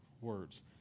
words